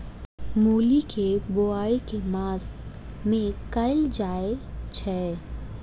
मूली केँ बोआई केँ मास मे कैल जाएँ छैय?